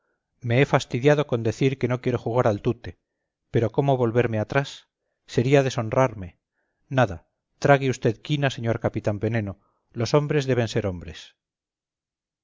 me he fastidiado con decir que no quiero jugar al tute pero cómo volverme atrás sería deshonrarme nada trague usted quina señor capitán veneno los hombres deben ser hombres